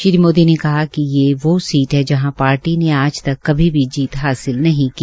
श्री मोदी ने कहा कि ये वो सीट है जहां पार्टी ने आज तक कभी भी जीत हासिल नहीं की